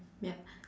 ya